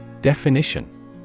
Definition